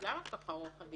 אז למה הדיון כל כך ארוך?